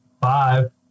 five